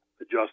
adjust